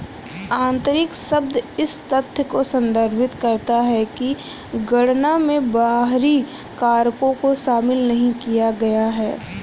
आंतरिक शब्द इस तथ्य को संदर्भित करता है कि गणना में बाहरी कारकों को शामिल नहीं किया गया है